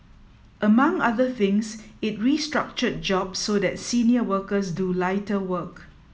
among other things it restructured jobs so that senior workers do lighter work